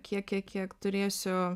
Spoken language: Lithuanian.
kiek kiek kiek turėsiu